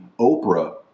Oprah